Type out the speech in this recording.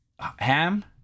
Ham